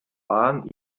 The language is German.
bahn